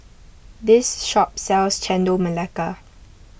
this shop sells Chendol Melaka